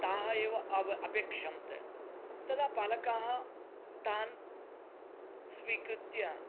ताः एव अपेक्षन्ते तदा बालकाः तान् स्वीकृत्य